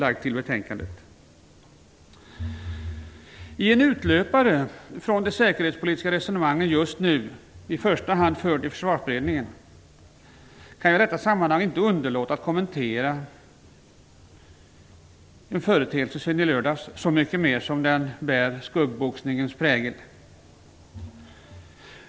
En utlöpare i lördags från de säkerhetspolitiska resonemangen just nu, i första hand förd i Försvarsberedningen, kan jag i detta sammanhang inte underlåta att kommentera, så mycket mer som den bär skuggboxningens prägel.